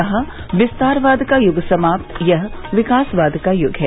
कहा विस्तारवाद का युग समाप्त यह विकासवाद का युग है